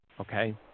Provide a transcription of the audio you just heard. okay